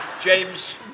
James